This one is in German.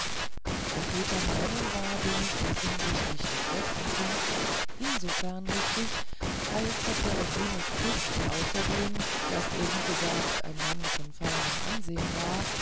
der väter meinung war wenigstens hinsichts des letztern punkts insofern richtig als herr peregrinus tyß außerdem daß er wie gesagt ein mann von feinem ansehen war